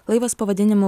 laivas pavadinimu